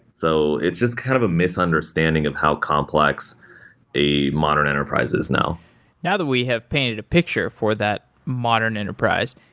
so it's just kind of a misunderstanding of how complex a modern enterprise is now now that we have painted a picture for that modern enterprise,